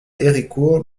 héricourt